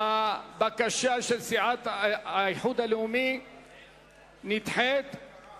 הבקשה של סיעת האיחוד הלאומי נדחית,